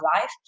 life